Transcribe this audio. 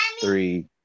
three